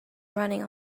running